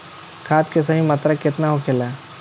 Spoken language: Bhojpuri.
खाद्य के सही मात्रा केतना होखेला?